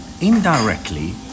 indirectly